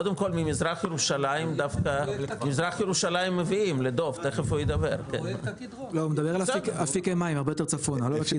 לא, הוא מדבר על אפיקי מים, הרבה יותר צפונה.